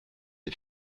est